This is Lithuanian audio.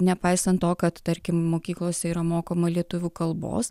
nepaisan to kad tarkim mokyklose yra mokoma lietuvių kalbos